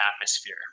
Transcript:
atmosphere